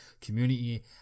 community